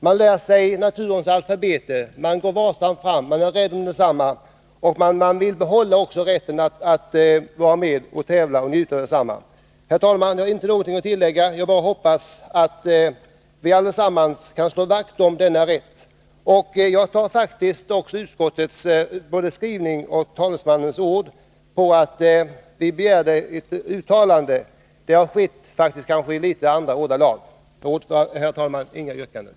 De lär sig naturens alfabet, de går varsamt fram och är rädda om naturen. De vill behålla rätten att njuta av naturen och delta i tävlingar. Vidare hoppas jag att vi tillsammans kan slå vakt om allemansrätten. Vi hade begärt ett uttalande, men motionen har besvarats i något andra ordalag. Jag tar ändå utskottets skrivning och talesmannens ord som tecken på att man instämmer i vår uppfattning. Herr talman! Jag har inget annat yrkande än utskottets.